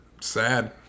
sad